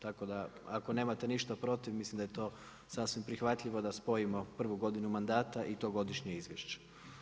Tako da, ako nemate ništa protiv mislim da je to sasvim prihvatljivo da spojimo prvu godinu mandata i to godišnje izvješće.